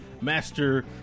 Master